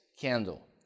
candle